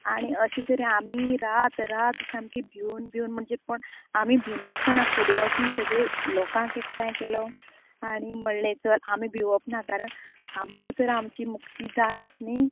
आनी अशे तरेन आमी रात रात सामकी भिवून भिवून पण आमी भिनासतना फुडें वचून सगळे लोकांक एकठांय केलो आनी म्हणले तर आमी भिवप ना आमकां तर आमची मुक्ती जायच न्ही